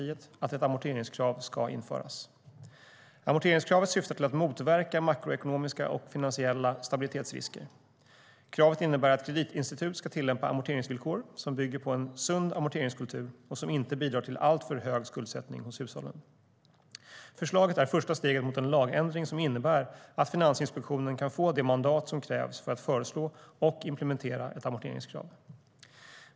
Det har även förankrats med Vänsterpartiet. Amorteringskravet syftar till att motverka makroekonomiska och finansiella stabilitetsrisker. Kravet innebär att kreditinstitut ska tillämpa amorteringsvillkor som bygger på en sund amorteringskultur och som inte bidrar till alltför hög skuldsättning hos hushållen. Förslaget är första steget mot en lagändring som innebär att Finansinspektionen kan få det mandat som krävs för att föreslå och implementera ett amorteringskrav.